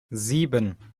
sieben